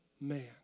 man